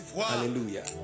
Hallelujah